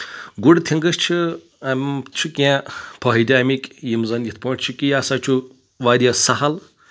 گُڑ تَھنٛگٕس چھِ اَمہِ چھُ کینٛہہ فٲہِدٕ امِکۍ یِم زَن یِتھ پٲٹھۍ چھِ کہِ یہِ ہسا چھُ واریاہ سہل